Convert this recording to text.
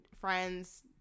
friends